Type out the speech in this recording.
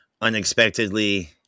unexpectedly